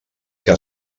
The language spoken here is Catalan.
que